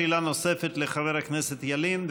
שאלה נוספת לחבר הכנסת ילין,